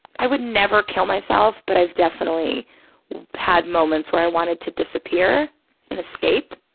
i would never kill myself, but i've definitely had moments where i wanted to disappear and escape,